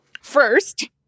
First